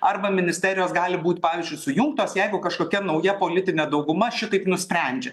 arba ministerijos gali būti pavyzdžiui sujungtos jeigu kažkokia nauja politinė dauguma šitaip nusprendžia